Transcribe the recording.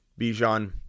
Bijan